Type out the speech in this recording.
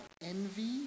envy